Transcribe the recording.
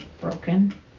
broken